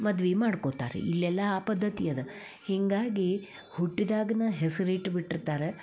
ಮದ್ವೆ ಮಾಡ್ಕೊತಾರೆ ಇಲ್ಲೆಲ್ಲ ಆ ಪದ್ದತಿ ಅದ ಹೀಗಾಗಿ ಹುಟ್ಟಿದಾಗ್ಲ ಹೆಸ್ರು ಇಟ್ಬಿಟ್ಟಿರ್ತಾರೆ